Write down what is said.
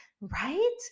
right